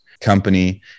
company